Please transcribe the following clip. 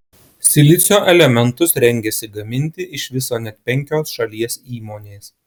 silicio elementus rengiasi gaminti iš viso net penkios šalies įmonės